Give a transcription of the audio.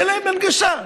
תהיה להם הנגשה.